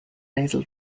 nasal